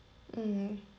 mm